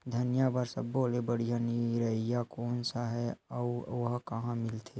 धनिया बर सब्बो ले बढ़िया निरैया कोन सा हे आऊ ओहा कहां मिलथे?